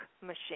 machine